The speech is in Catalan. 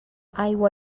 aigua